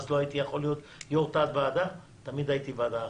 אז לא הייתי יכול להיות יושב-ראש תת-ועדה תמיד הייתי בוועדה אחת.